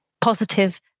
positive